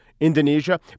Indonesia